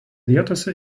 vietose